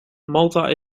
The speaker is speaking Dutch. malta